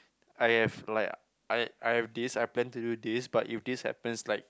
I have like I I have this I plan to do but if this happens like